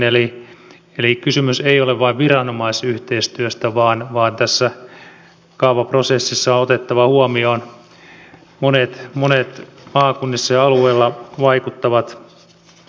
eli kysymys ei ole vain viranomaisyhteistyöstä vaan tässä kaavaprosessissa on otettava huomioon monet maakunnissa ja alueilla vaikuttavat tahot